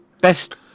Best